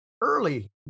early